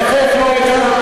איך לא היית?